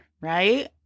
right